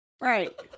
Right